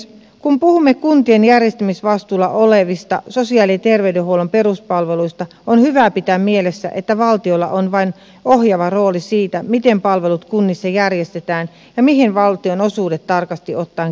kun puhumme kuntien järjestämisvastuulla olevista sosiaali ja terveydenhuollon peruspalveluista on hyvä pitää mielessä että valtiolla on vain ohjaava rooli siinä miten palvelut kunnissa järjestetään ja mihin valtionosuudet tarkasti ottaen käytetään